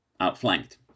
outflanked